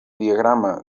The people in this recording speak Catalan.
diagrama